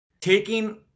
taking